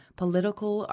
political